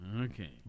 Okay